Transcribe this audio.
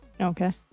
Okay